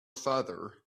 father